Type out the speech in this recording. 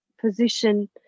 position